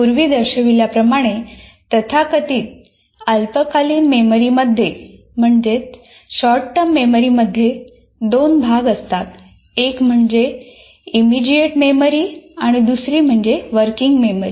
पूर्वी दर्शविल्याप्रमाणे तथाकथित शॉर्टटर्म मेमरीमध्ये दोन भाग असतात एक म्हणजे त्वरित मेमरी